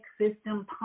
system